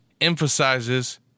emphasizes